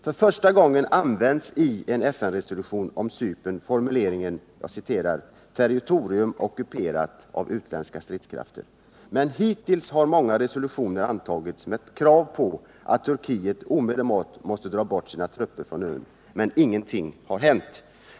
För första gången används i en FN-resolution om Cypern formuleringen ”territorium ockuperat av utländska stridskrafter”. Men hittills har många resolutioner antagits med krav på att Turkiet omedelbart måste dra bort sina trupper från ön. Ingenting har hänt.